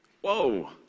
Whoa